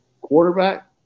quarterback